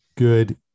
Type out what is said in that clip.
good